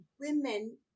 women